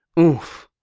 oomph.